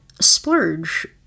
splurge